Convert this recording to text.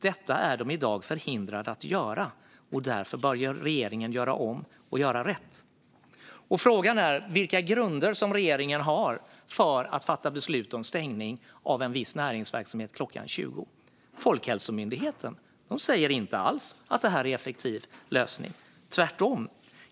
Detta är de i dag förhindrade att göra. Därför bör regeringen göra om och göra rätt. Frågan är vilka grunder som regeringen har för att fatta beslut om stängning av en viss näringsverksamhet klockan 20. Folkhälsomyndigheten säger inte alls att det är en effektiv lösning, tvärtom.